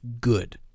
good